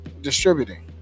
distributing